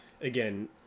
Again